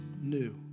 new